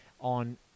on